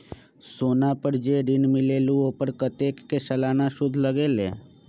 सोना पर जे ऋन मिलेलु ओपर कतेक के सालाना सुद लगेल?